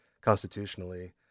constitutionally